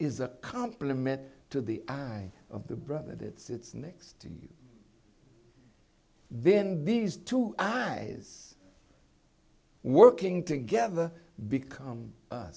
is a compliment to the eye of the brother that sits next to you then these two guys working together become